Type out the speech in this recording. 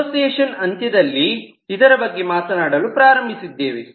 association ಅಂತ್ಯದಲ್ಲಿ ಇದರ ಬಗ್ಗೆ ಮಾತನಾಡಲು ಪ್ರಾರಂಭಿಸಿದ್ದೇವೆ